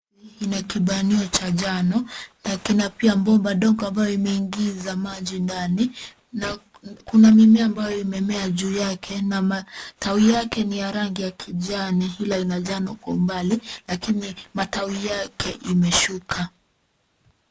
Hii ina kibanio cha njano na pia kina bomba dogo ambayo imeingiza maji ndani na kuna mimea ambayo imemea juu yake na matawi yake ni ya rangi ya kijani ila ina njano kwa umbali lakini matawi yake imeshuka.